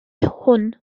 hwn